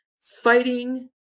fighting